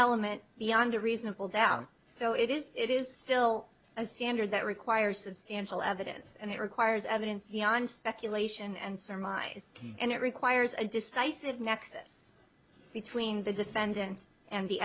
element beyond a reasonable doubt so it is it is still a standard that require substantial evidence and it requires evidence beyond speculation and surmise and it requires a decisive nexus between the defendant and the